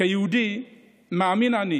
כיהודי מאמין אני